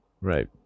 Right